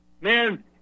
man